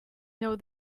know